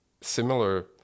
similar